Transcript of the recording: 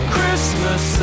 Christmas